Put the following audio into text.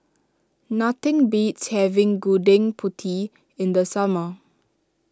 nothing beats having Gudeg Putih in the summer